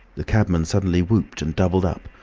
the cabman suddenly whooped and doubled up,